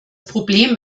problem